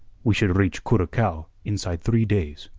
we should reach curacao inside three days.